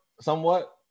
somewhat